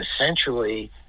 essentially